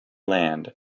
land